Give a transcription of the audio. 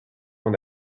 mon